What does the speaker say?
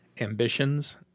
ambitions